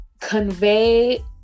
convey